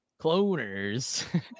cloners